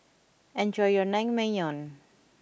enjoy your Naengmyeon